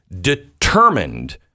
determined